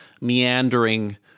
meandering